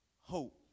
hope